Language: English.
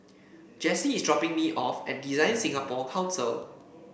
Jessi is dropping me off at Design Singapore Council